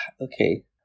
okay